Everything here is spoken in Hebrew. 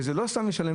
וזה לא סתם לשלם,